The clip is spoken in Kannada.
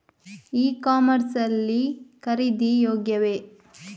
ಇ ಕಾಮರ್ಸ್ ಲ್ಲಿ ಖರೀದಿ ಯೋಗ್ಯವೇ?